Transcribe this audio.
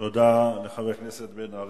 תודה לחבר הכנסת בן-ארי.